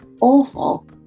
awful